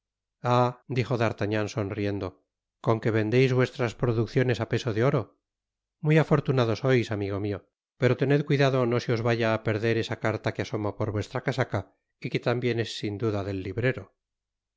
dijo d'artagnan sonriendo con que vendeis vuestras producciones á peso de oro muy afortunado sois amigo mio pero tened cuidado no se os vaya á perder esa carta que asoma por vuestra casaca y que tambien es sin duda del librero